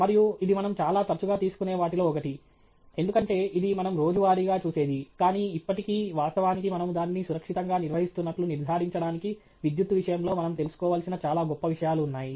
మరియు ఇది మనం చాలా తరచుగా తీసుకునే వాటిలో ఒకటి ఎందుకంటే ఇది మనం రోజువారీగా చూసేది కానీ ఇప్పటికీ వాస్తవానికి మనము దానిని సురక్షితంగా నిర్వహిస్తున్నట్లు నిర్ధారించడానికి విద్యుత్తు విషయంలో మనం తెలుసుకోవలసిన చాలా గొప్ప విషయాలు ఉన్నాయి